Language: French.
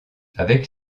avec